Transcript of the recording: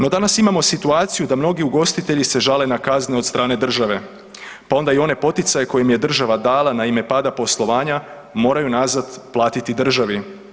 No danas imamo situaciju da mnogi ugostitelji se žale na kazne od strane države, pa onda i one poticaje koje im je država dala na ime pada poslovanja moraju nazad platiti državi.